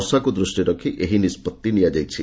ବର୍ଷାକୁ ଦୃଷ୍କିରେ ରଖି ଏହି ନିଷ୍ବଉି ନିଆଯାଇଛି